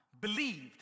believed